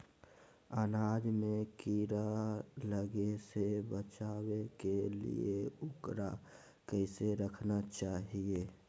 अनाज में कीड़ा लगे से बचावे के लिए, उकरा कैसे रखना चाही?